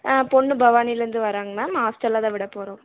பொண்ணு பவானியிலருந்து வராங்க மேம் ஹாஸ்டல்லதான் விட போகிறோம்